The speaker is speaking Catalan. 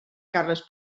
carles